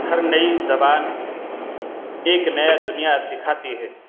ہر نئی زبان ایک نیا دنیا دکھاتی ہے